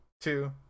two